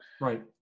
Right